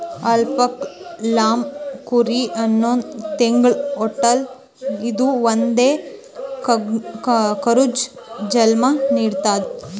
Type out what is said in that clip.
alpaca llama ಕುರಿ ಹನ್ನೊಂದ್ ತಿಂಗ್ಳ ಹೊಟ್ಟಲ್ ಇದ್ದೂ ಒಂದೇ ಕರುಗ್ ಜನ್ಮಾ ನಿಡ್ತದ್